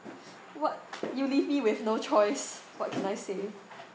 what you leave me with no choice what can I say